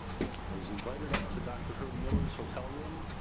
i was invited up to dr. herb miller's hotel room.